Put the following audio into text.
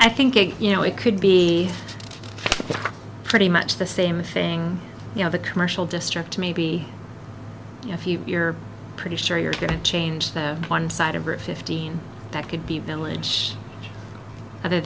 i think it you know it could be pretty much the same thing you know the commercial district maybe if you're pretty sure you're going to change that one side of or a fifteen that could be village other